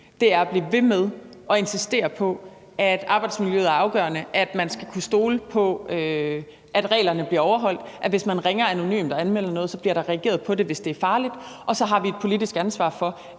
er at blive ved med at insistere på, at arbejdsmiljøet er afgørende, at man skal kunne stole på, at reglerne bliver overholdt, og at der, hvis man ringer anonymt og anmelder noget, bliver reageret på det, hvis det er farligt. Og så har vi et politisk ansvar for,